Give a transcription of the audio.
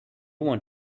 want